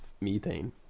methane